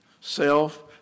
Self